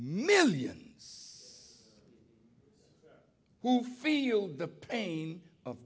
millions who feel the pain of